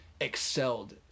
excelled